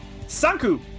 Sanku